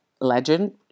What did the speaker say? legend